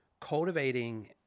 cultivating